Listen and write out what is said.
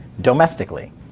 domestically